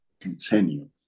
continue